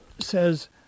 Says